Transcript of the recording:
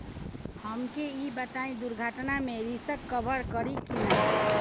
हमके ई बताईं दुर्घटना में रिस्क कभर करी कि ना?